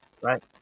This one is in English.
right